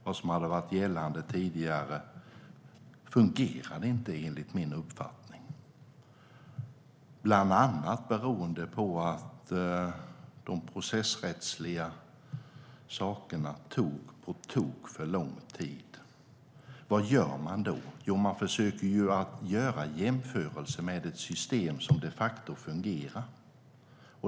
Vad som hade varit gällande tidigare fungerade inte, enligt min uppfattning, bland annat beroende på att de processrättsliga sakerna tog på tok för lång tid. Vad gör man då? Man försöker göra jämförelser med ett system som de facto fungerar.